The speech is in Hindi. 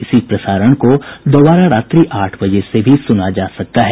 इसी प्रसारण को दोबारा रात्रि आठ बजे से भी सुना जा सकता है